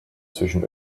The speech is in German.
zwischen